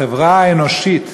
החברה האנושית,